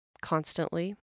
constantly